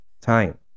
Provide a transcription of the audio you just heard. time